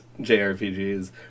JRPGs